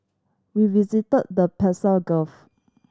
we visited the Persian Gulf